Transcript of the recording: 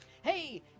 Hey